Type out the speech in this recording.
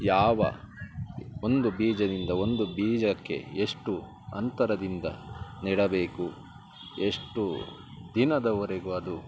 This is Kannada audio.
ಯಾವ ಒಂದು ಬೀಜದಿಂದ ಒಂದು ಬೀಜಕ್ಕೆ ಎಷ್ಟು ಅಂತರದಿಂದ ನೆಡಬೇಕು ಎಷ್ಟು ದಿನದವರೆಗೂ ಅದು